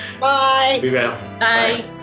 Bye